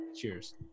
Cheers